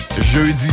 Jeudi